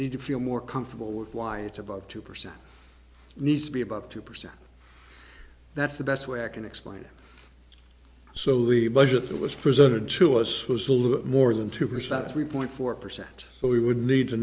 need to feel more comfortable with why it's above two percent needs to be about two percent that's the best way i can explain it so the budget that was presented to us was a little more than two pushed up three point four percent so we would need to